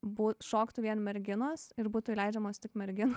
bū šoktų vien merginos ir būtų įleidžiamos tik merginos